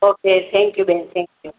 okay thank you બેન thank you